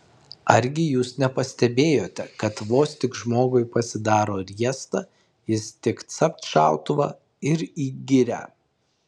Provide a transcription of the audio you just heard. argi jūs nepastebėjote kad vos tik žmogui pasidaro riesta jis tik capt šautuvą ir į girią